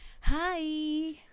Hi